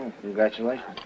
Congratulations